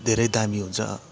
धेरै दामी हुन्छ